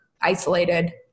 isolated